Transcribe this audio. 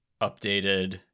updated